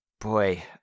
Boy